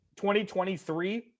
2023